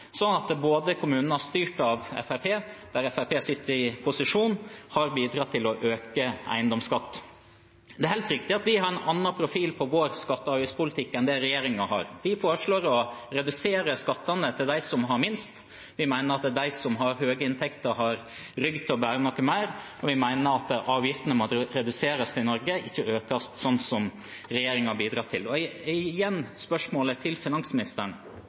styrt av Fremskrittspartiet, der Fremskrittspartiet sitter i posisjon, har bidratt til å øke eiendomsskatt. Det er helt riktig at vi har en annen profil på vår skatte- og avgiftspolitikk enn det regjeringen har. Vi foreslår å redusere skattene til dem som har minst. Vi mener at de som har høye inntekter, har rygg til å bære litt mer, og vi mener at avgiftene må reduseres i Norge, ikke økes, som regjeringen har bidratt til. Og da er, igjen, spørsmålet til finansministeren: